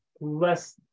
less